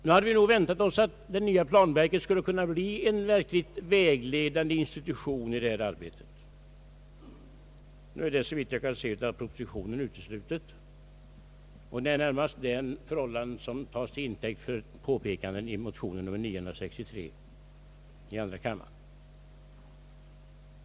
Vi hade nu väntat oss att det nya planverket skulle kunna bli en verkligt vägledande institution i detta arbete, men det är såvitt jag kan finna av propositionen nu uteslutet. Det är närmast detta förhållande som tas som intäkt för påpekanden i motion II: 963.